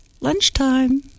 lunchtime